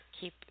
keep